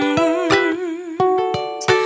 wounds